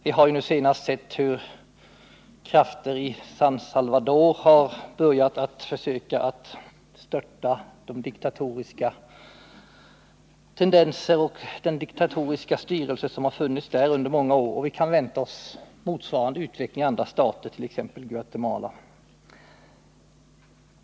Vi har exempelvis nu kunnat konstatera att krafter i San Salvador har försökt bekämpa de diktatoriska tendenser och störta den diktatoriska styrelse som funnits där under många år, och vi kan vänta oss en liknande utveckling också i andra stater, t.ex. Guatemala.